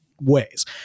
ways